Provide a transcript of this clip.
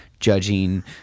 judging